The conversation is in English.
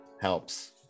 helps